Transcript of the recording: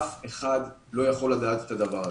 אף אחד לא יכול לדעת את הדבר הזה.